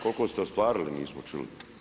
Koliko ste ostvarili, nismo čuli?